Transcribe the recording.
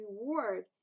reward